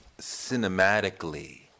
cinematically